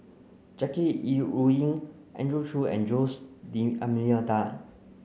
Jackie Yi Ru Ying Andrew Chew and Jose D Almeida